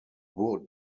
wood